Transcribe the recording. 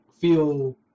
feel